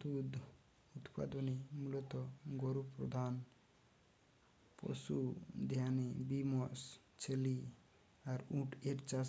দুধ উতপাদনে মুলত গরু প্রধান পশু হ্যানে বি মশ, ছেলি আর উট এর চাষ